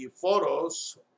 photos